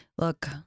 look